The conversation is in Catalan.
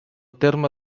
terme